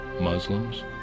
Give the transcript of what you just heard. Muslims